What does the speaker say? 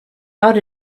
out